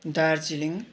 Darjeeling